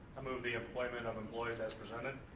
i move the employment of employees as presented.